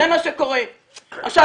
עכשיו,